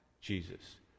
Jesus